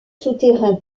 souterrain